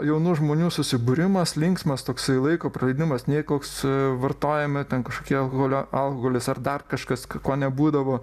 jaunų žmonių susibūrimas linksmas toksai laiko praleidimas nė koks vartojame ten kažkokie alkoholio alkoholis ar dar kažkas ko nebūdavo